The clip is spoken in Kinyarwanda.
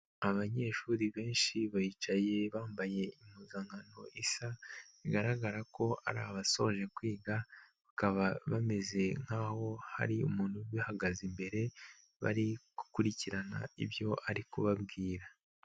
Abanyeshuri benshi bicaye bambaye impuzankano isa, bigaragara ko ari abasoje kwiga, bakaba bameze nk'aho hari umuntu ubahagaze imbere, bari gukurikirana ibyo ari kubabwira.